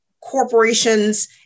corporations